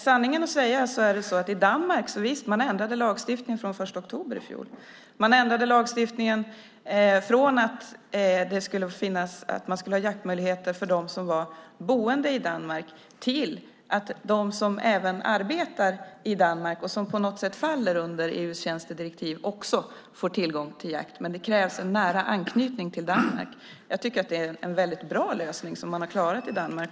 Sanningen att säga ändrade man lagstiftningen i Danmark från den 1 oktober i fjol. Man ändrade lagstiftningen från att de som var boende i Danmark skulle ha jaktmöjligheter till att även de som arbetar i Danmark, och som på något sätt faller under EU:s tjänstedirektiv, också skulle få tillgång till jakt. Men det krävs en nära anknytning till Danmark. Jag tycker att det är en väldigt bra lösning som man har klarat i Danmark.